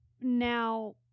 now